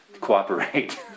cooperate